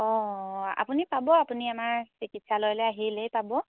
অঁ আপুনি পাব আপুনি আমাৰ চিকিৎসালয়লৈ আহিলেই পাব